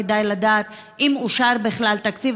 וכדאי לדעת אם אושר בכלל תקציב.